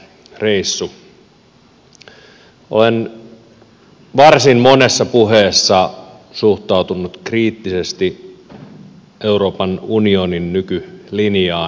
olen varsin monessa puheessa suhtautunut kriittisesti euroopan unionin nykylinjaan ja toimintoihin